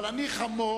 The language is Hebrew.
אבל אני חמור